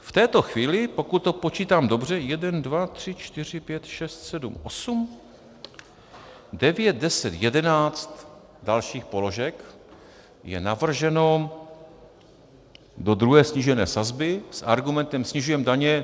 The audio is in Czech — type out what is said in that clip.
V této chvíli, pokud to počítám dobře jeden, dva, tři, čtyři, pět, šest, sedm, osm, devět, deset, jedenáct dalších položek je navrženo do druhé snížené sazby s argumentem: Snižujeme daně.